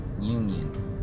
Union